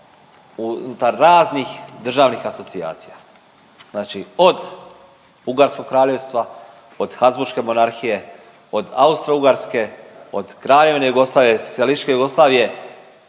unutar raznih državnih asocijacija, znači od ugarskog kraljevstva, od Habsburške monarhije, od Austro-ugarske, od kraljevine Jugoslavije, socijalističke Jugoslavije